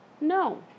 No